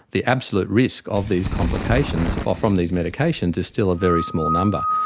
the absolute risk of these complications ah from these medications is still a very small number.